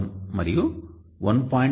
2341 మరియు 1